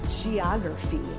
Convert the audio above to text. geography